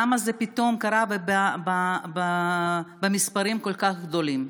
למה זה פתאום קרה במספרים כל כך גדולים?